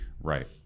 Right